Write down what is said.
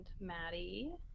Maddie